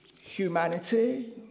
humanity